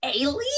alien